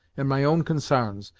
and my own consarns,